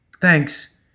Thanks